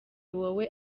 wowe